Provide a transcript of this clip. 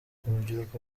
urubyiruko